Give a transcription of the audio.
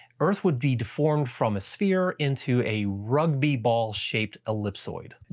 earth would be deformed from a sphere into a rugby ball-shaped ellipsoid.